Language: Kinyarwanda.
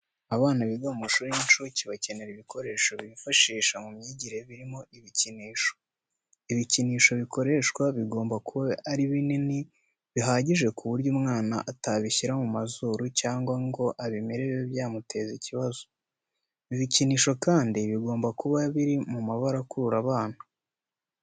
Abana biga mu mashuri y'inshuke bakenera ibikoresho bibafasha mu myigire birimo ibikinisho. Ibikinisho bikoreshwa bigomba kuba ari binini bihagije ku buryo umwana atabishyira mu izuru cyangwa ngo abimire bibe byateza ikibazo. Ibikinisho kandi bigomba kuba biri mu mabara akurura abana.